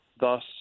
thus